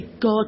God